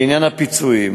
לעניין הפיצויים,